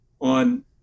on